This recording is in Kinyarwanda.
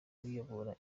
uyoboye